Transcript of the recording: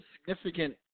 significant